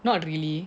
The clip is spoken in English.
not really